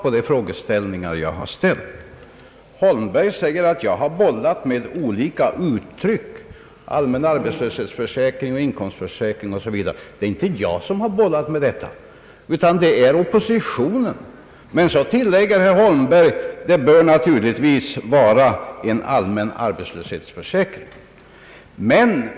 Herr Holmberg säger att jag har bollat med olika uttryck, allmän arbetslöshetsförsäkring och inkomstförsäkring. Det är inte jag som har bollat med detta utan det är oppositionen. Men så tilllägger herr Holmberg att det naturligtvis bör vara en allmän arbetslöshetsförsäkring.